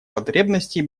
потребностей